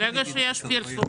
ברגע שיש פרסום,